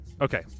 Okay